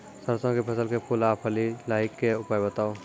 सरसों के फसल के फूल आ फली मे लाहीक के उपाय बताऊ?